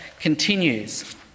continues